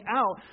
out